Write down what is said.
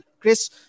Chris